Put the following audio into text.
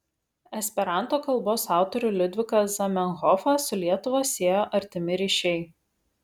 esperanto kalbos autorių liudviką zamenhofą su lietuva siejo artimi ryšiai